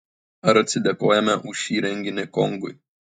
ar atsidėkojame už šį renginį kongui